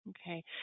Okay